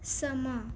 ਸਮਾਂ